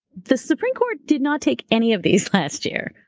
the supreme court did not take any of these last year.